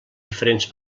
diferents